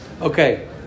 Okay